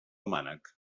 mànec